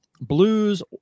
Blues